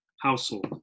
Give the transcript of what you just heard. household